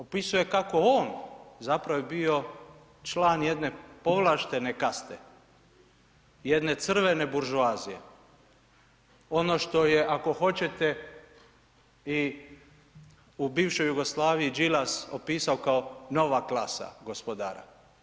Opisuje kako on zapravo je bio član jedne povlaštene kaste, jedne Crvena buržoazija, ono što je ako hoćete i u bivšoj Jugoslaviji Đilas opasao kao nova klasa gospodara.